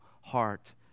heart